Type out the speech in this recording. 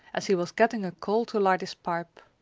as he was getting a coal to light his pipe.